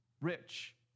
rich